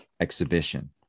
exhibition